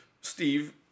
Steve